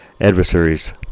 adversaries